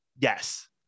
yes